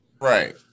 Right